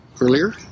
earlier